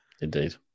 Indeed